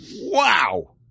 wow